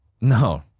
No